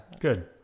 good